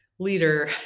Leader